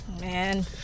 Man